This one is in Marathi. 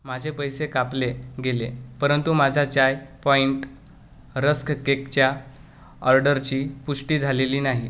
माझे पैसे कापले गेले परंतु माझा चाय पॉईंट रस्क केकच्या ऑर्डरची पुष्टी झालेली नाही